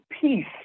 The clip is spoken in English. peace